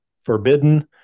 Forbidden